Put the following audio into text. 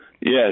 Yes